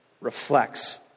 reflects